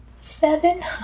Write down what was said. Seven